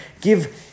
Give